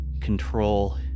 control